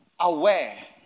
aware